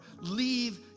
Leave